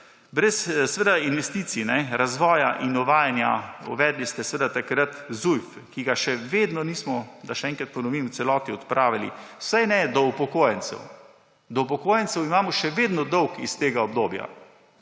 brez investicij, razvoja in uvajanja, ste takrat uvedli Zujf, ki ga še vedno nismo, da še enkrat ponovim, v celoti odpravili, vsaj ne do upokojencev. Do upokojencev imamo še vedno dolg iz tega obdobja